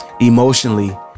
Emotionally